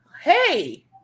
hey